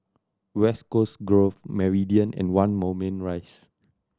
West Coast Grove Meridian and One Moulmein Rise